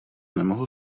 nemohl